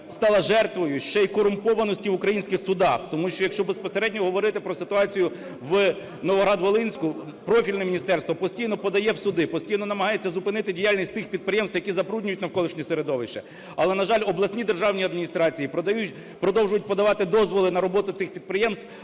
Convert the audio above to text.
стала жертвою ще й корумпованості в українських судах, тому що, якщо безпосередньо говорити про ситуацію в Новоград-Волинському, профільне міністерство постійно подає в суди, постійно намагається зупинити діяльність тих підприємств, які забруднюють навколишнє середовище. Але, на жаль, обласні державні адміністрації продовжують подавати дозволи на роботу цих підприємств,